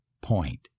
point